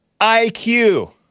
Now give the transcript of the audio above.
IQ